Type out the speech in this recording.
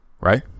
Right